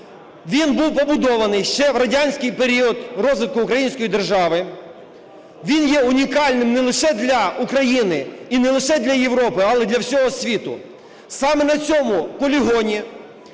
Він був побудований ще в радянський період розвитку української держави. Він є унікальним не лише для України і не лише для Європи, але і для всього світу. Саме на цьому полігоні